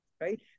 right